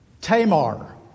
Tamar